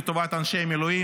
לטובת אנשי המילואים,